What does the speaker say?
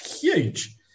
huge